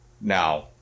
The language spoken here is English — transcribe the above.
Now